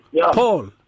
Paul